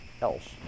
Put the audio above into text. else